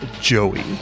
Joey